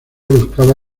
buscaba